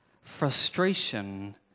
Frustration